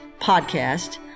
podcast